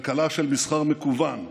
כלכלה של מסחר מקוון,